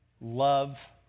love